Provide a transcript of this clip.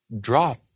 drop